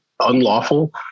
unlawful